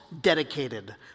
dedicated